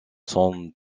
sont